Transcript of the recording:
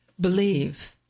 Believe